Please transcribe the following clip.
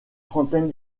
trentaine